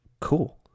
Cool